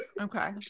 okay